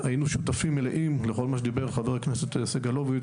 והיינו שותפים מלאים לכל מה שדיבר עליו חבר הכנסת סגלוביץ',